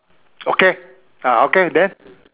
okay ah okay then